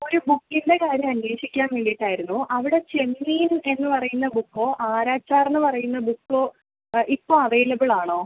ഒരു ബുക്കിൻ്റെ കാര്യം അന്വേഷിക്കാൻ വേണ്ടീട്ടായിരുന്നു അവിടെ ചെമ്മീൻ എന്ന് പറയുന്ന ബുക്കോ ആരാചാർന്ന് പറയുന്ന ബുക്കോ ഇപ്പോൾ അവൈലബിളാണോ